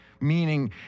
meaning